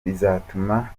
bizatuma